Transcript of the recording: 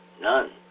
None